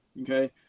okay